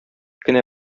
кенә